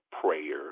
prayer